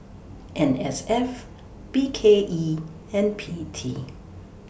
N S F B K E and P T